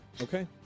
okay